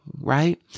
Right